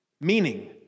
Meaning